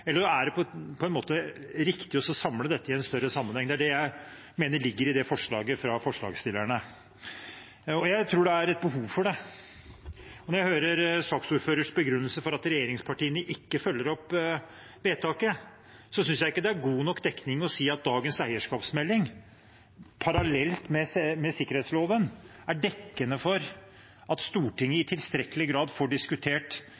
eller om det er riktig å samle dette i en større sammenheng. Det er det jeg mener ligger i forslaget fra forslagsstillerne. Jeg tror det er et behov for det. Når jeg hører saksordførerens begrunnelse for at regjeringspartiene ikke følger opp vedtaket, synes jeg ikke det er god nok dekning for å si at dagens eierskapsmelding, parallelt med sikkerhetsloven, er dekkende for at Stortinget i tilstrekkelig grad får diskutert